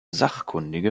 sachkundige